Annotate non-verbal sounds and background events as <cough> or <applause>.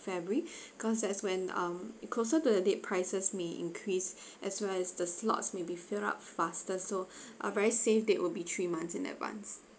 february <breath> cause that's when um if closer to the date prices may increase <breath> as well as the slots may be filled up faster so <breath> uh very safe date will be three months in advance